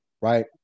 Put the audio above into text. right